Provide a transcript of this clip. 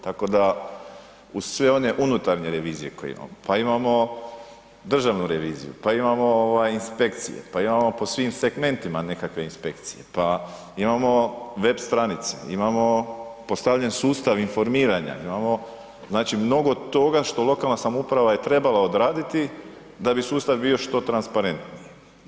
Tako da, uz sve one unutarnje revizije koje imamo, pa imamo državnu reviziju, pa imamo inspekcije, pa imamo po svim segmentima nekakve inspekcije, pa imamo web stranice, imamo postavljen sustav informiranja, znači mnogo toga što lokalna samouprava je trebala odraditi da bi sustav bio što transparentniji.